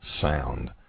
sound